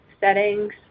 settings